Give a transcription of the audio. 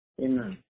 Amen